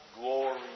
glory